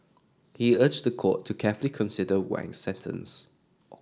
he urged the court to carefully consider Wang's sentence